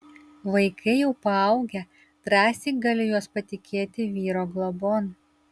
vaikai jau paaugę drąsiai galiu juos patikėti vyro globon